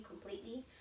completely